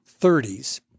30s